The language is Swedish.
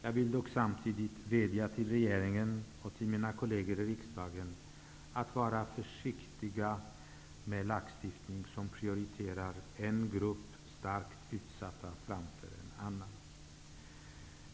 Jag vill dock samtidigt vädja till regeringen och till mina kolleger i riksdagen att vara försiktiga med lagstiftning som prioriterar en grupp starkt utsatta framför en annan.